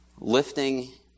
lifting